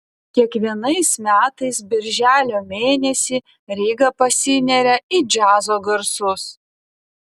kiekvienais metais birželio mėnesį ryga pasineria į džiazo garsus